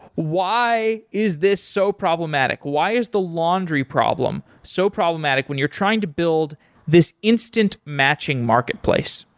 why is this so problematic? why is the laundry problem so problematic when you're trying to build this instant matching marketplace?